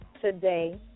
Today